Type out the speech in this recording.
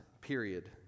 period